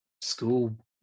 school